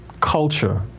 culture